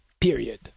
period